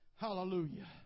Hallelujah